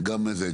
גם ריזיקה,